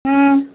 ம்